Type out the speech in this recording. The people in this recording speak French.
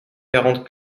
quarante